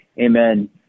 amen